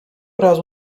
razu